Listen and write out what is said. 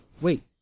Wait